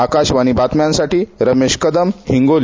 आकाशवाणी बातम्यांसाठी रमेश कदम हिंगोली